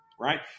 right